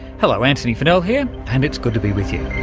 hello, antony funnell here and it's good to be with you.